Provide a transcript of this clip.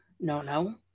no-no